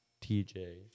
TJ